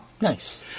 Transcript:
nice